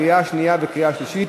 לקריאה שנייה וקריאה שלישית.